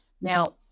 Now